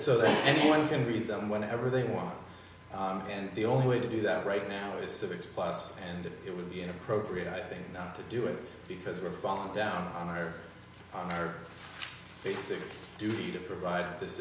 so that anyone can read them whenever they want and the only way to do that right now is civics class and it would be inappropriate i think to do it because we've fallen down on our our basic duty to provide this